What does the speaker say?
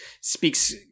speaks